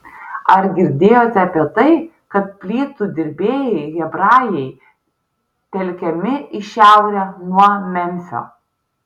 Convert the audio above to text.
ar girdėjote apie tai kad plytų dirbėjai hebrajai telkiami į šiaurę nuo memfio